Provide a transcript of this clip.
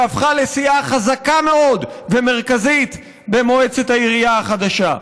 שהפכה לסיעה חזקה מאוד ומרכזית במועצת העירייה החדשה.